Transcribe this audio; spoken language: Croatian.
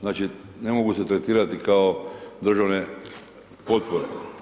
Znači ne mogu se tretirati kao državne potpore.